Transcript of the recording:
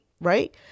right